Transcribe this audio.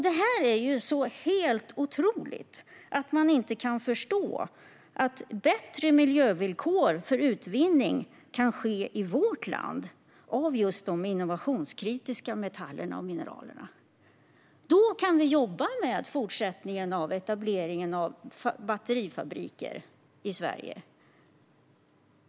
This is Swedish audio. Det är helt otroligt att man inte kan förstå att om det blir bättre miljövillkor i vårt land för utvinning av just de innovationskritiska metallerna och mineralerna kan vi fortsätta att jobba med etableringen av batterifabriker i Sverige.